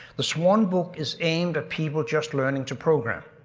the swan book is aimed at people just learning to program.